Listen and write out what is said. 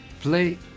play